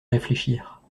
réfléchir